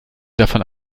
davon